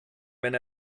wenn